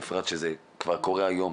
בפרט שזה כבר קורה היום,